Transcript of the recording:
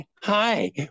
Hi